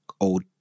old